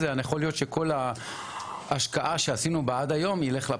אני רוצה להגיד לכם אני לא יודע אם אתם מכירים את האינפורמציה הזאת